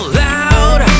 loud